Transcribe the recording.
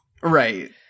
Right